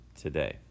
today